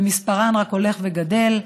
ומספרן רק הולך וגדל.